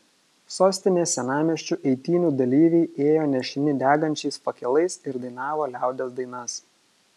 sostinės senamiesčiu eitynių dalyviai ėjo nešini degančiais fakelais ir dainavo liaudies dainas